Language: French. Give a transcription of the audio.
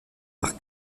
par